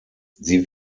sie